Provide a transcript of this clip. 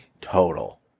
total